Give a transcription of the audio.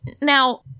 now